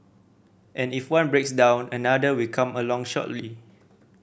and if one breaks down another will come along shortly